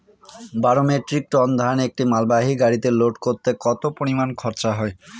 বারো metric ton ধান একটি মালবাহী গাড়িতে লোড করতে কতো পরিমাণ খরচা হয়?